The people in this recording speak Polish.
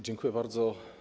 Dziękuję bardzo.